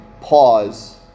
pause